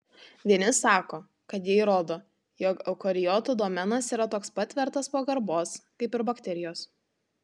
vieni sako kad jie įrodo jog eukariotų domenas yra toks pat vertas pagarbos kaip ir bakterijos